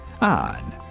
on